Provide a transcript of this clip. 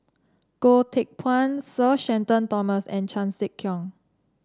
Goh Teck Phuan Sir Shenton Thomas and Chan Sek Keong